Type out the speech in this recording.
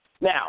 Now